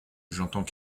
j’entends